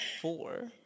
four